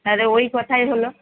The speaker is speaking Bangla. তাহলে ওই কথাই হল